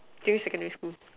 same secondary school